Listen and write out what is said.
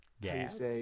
gas